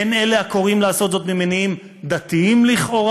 הן אלה הקוראים לעשות זאת ממניעים דתיים לכאורה